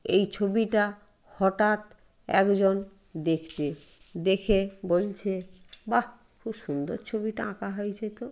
এই ছবিটা হঠাৎ একজন দেখতে দেখে বলছে বাহ খুব সুন্দর ছবিটা আঁকা হয়েছে তো